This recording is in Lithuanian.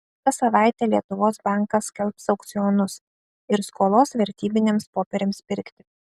kas savaitę lietuvos bankas skelbs aukcionus ir skolos vertybiniams popieriams pirkti